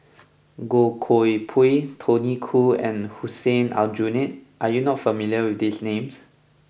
Goh Koh Pui Tony Khoo and Hussein Aljunied are you not familiar with these names